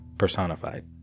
personified